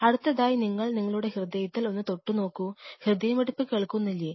അടുത്തതായി നിങ്ങൾ നിങ്ങളുടെ ഹൃദയത്തിൽ ഒന്ന് തൊട്ടു നോക്കൂ ഹൃദയമിടിപ്പ് കേൾക്കുന്നില്ലേ